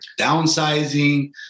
downsizing